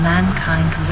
Mankind